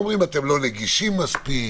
אומרים שהם לא נגישים מספיק,